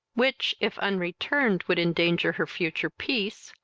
which, if unreturned, would endanger her future peace,